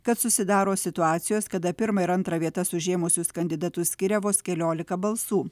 kad susidaro situacijos kada pirmą ir antrą vietas užėmusius kandidatus skiria vos keliolika balsų